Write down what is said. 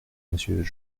monsieur